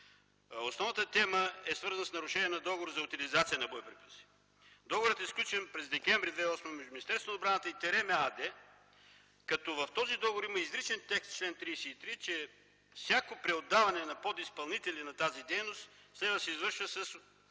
Основната тема е свързана с нарушение на Договор за утилизация на боеприпаси. Договорът е сключен през м. декември 2008 г. между Министерството на отбраната и „Терем” ЕАД, като в този договор има изричен текст в чл. 33, че „всяко преотдаване на подизпълнители на тази дейност следва да се извършва с